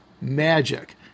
magic